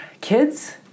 kids